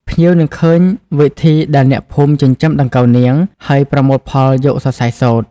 ភ្ញៀវនឹងឃើញវិធីដែលអ្នកភូមិចិញ្ចឹមដង្កូវនាង ហើយប្រមូលផលយកសរសៃសូត្រ។